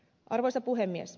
arvoisa puhemies